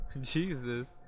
Jesus